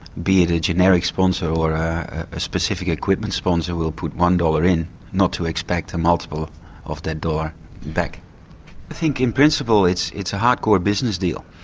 be it a generic sponsor or a specific equipment sponsor, will put one dollar in not to expect a multiple of that dollar back. i think in principle it's it's a hard-core business deal,